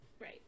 right